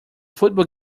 football